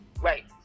Right